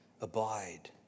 Abide